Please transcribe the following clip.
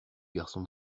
garçon